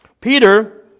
Peter